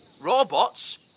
Robots